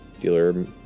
Dealer